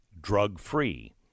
drug-free